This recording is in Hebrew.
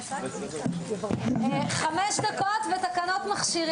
הישיבה ננעלה בשעה